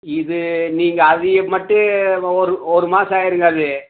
இது நீங்கள் அதையே மட்டும் ஒரு ஒரு மாதம் ஆயிடுங்க அது